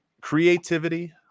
Creativity